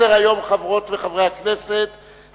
יעקב כץ שאל את השר לשירותי דת ביום ה'